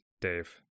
Dave